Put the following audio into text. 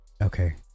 Okay